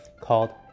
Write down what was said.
called